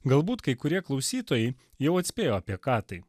galbūt kai kurie klausytojai jau atspėjo apie ką tai